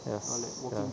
yes ya